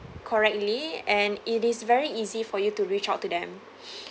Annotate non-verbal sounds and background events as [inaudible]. correctly and it is very easy for you to reach out to them [breath]